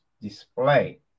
Display